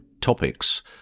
topics